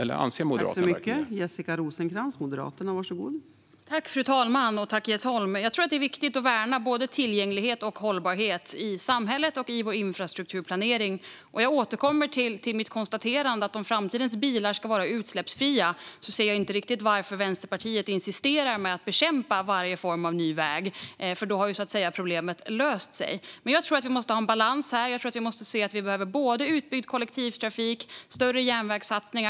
Eller anser Moderaterna att det gör det?